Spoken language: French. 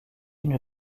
une